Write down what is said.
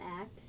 Act